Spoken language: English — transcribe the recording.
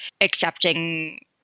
accepting